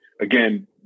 Again